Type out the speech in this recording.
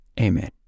Amen